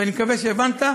ואני מקווה שהבנת,